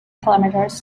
kilometres